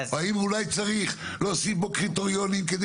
האם אולי צריך להוסיף בו קריטריונים כדי